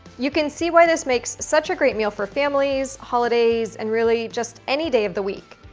you can see where this makes such a great meal for families, holidays, and really, just any day of the week.